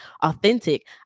authentic